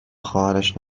خواهرش